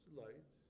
light